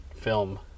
film